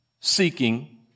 seeking